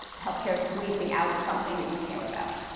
health care's squeezing out something that you care about.